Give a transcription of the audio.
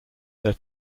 their